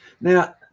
Now